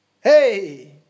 hey